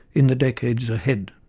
in the decades ahead'.